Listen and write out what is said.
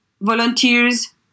volunteers